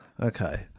Okay